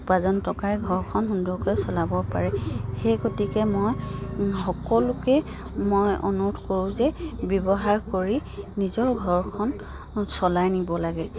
উপাৰ্জন টকাৰে ঘৰখন সুন্দৰকৈ চলাব পাৰে সেই গতিকে মই সকলোকে মই অনুৰোধ কৰোঁ যে ব্যৱহাৰ কৰি নিজৰ ঘৰখন চলাই নিব লাগে